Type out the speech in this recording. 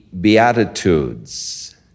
Beatitudes